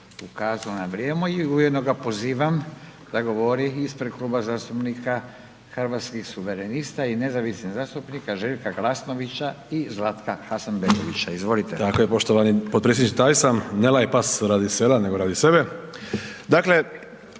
ukazao na vrijeme i ujedno ga pozivam da govori ispred Kluba zastupnika Hrvatskih suverenista i nezavisnih zastupnika Željka Glasnovića i Zlatka Hasanbegovića. Izvolite. **Zekanović, Hrvoje (HRAST)** Tako je poštovani potpredsjedniče taj sam. Ne laje pas radi sela nego radi sebe,